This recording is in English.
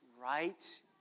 Right